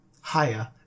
higher